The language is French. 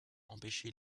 empêché